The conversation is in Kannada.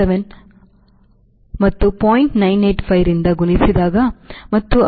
985 ರಿಂದ ಗುಣಿಸಿದಾಗ ಮತ್ತು ಅದು ಸರಿಸುಮಾರು 0